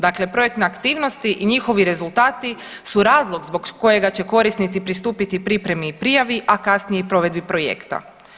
Dakle, projektne aktivnosti i njihovi rezultati su razlog zbog kojega će korisnici pristupiti pripremi i prijavi, a kasnije provedbi projekta.